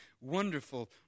wonderful